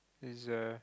is there